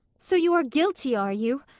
so you are guilty, are you?